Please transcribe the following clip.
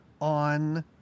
on